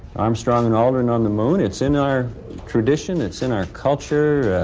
armstrong and aldrin on the moon, it's in our tradition, it's in our culture,